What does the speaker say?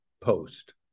post